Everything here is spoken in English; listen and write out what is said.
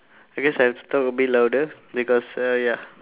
I guess I have to talk a bit louder because uh yup